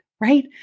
right